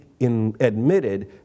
admitted